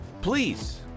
Please